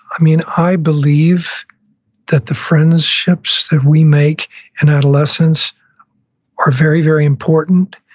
i mean i believe that the friendships that we make in adolescence are very, very important.